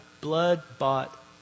blood-bought